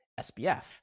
SBF